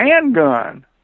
handgun